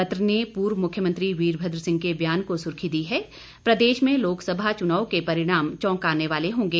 पत्र ने पूर्व मुख्यमंत्री वीरभद्र सिंह के बयान को सुर्खी दी है प्रदेश में लोकसभा चुनाव के परिणाम चौंकाने वाले होंगे